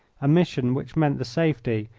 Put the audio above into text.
a mission which meant the safety,